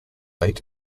eight